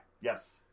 Yes